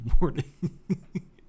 morning